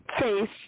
face